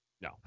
No